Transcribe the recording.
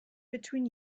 between